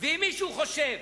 ואם מישהו חושב